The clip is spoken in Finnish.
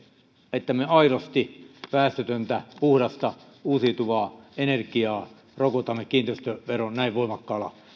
että me aidosti päästötöntä puhdasta uusiutuvaa energiaa rokotamme kiinteistöveron näin voimakkaalla